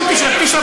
מה אתם שותים?